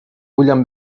william